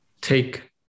take